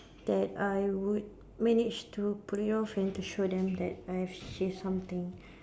that I would manage to bring off and to show them that I have she's something